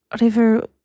River